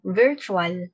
virtual